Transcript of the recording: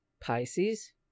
Pisces